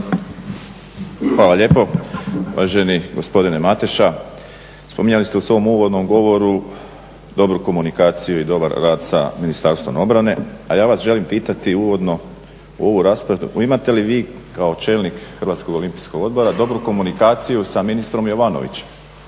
Hvala lijepo. Uvaženi gospodine Mateša spominjali ste u svom uvodnom govoru dobru komunikaciju i dobar rad sa Ministarstvom obrane. A ja vas želim pitati uvodno u ovoj raspravi imate li vi kao čelnik HOO-a dobru komunikaciju sa ministrom Jovanovićem?